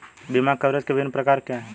बीमा कवरेज के विभिन्न प्रकार क्या हैं?